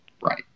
Right